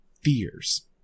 fears